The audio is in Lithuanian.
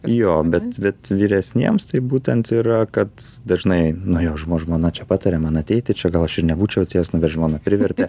jo bet bet vyresniems tai būtent yra kad dažnai nu jo žmo žmona čia patarė man ateiti čia gal aš ir nebūčiau atėjęs nu bet žmona privertė